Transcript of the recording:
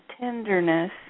tenderness